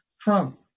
Trump